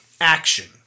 action